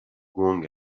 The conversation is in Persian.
گنگ